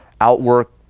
outwork